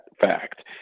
fact